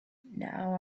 now